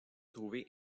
trouver